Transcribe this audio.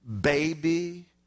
baby